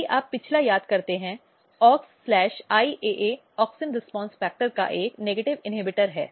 यदि आप पिछले याद करते हैं AuxIAA ऑक्सिन रीस्पॉन्स फ़ैक्टर का एक नकारात्मक इन्हिबटर है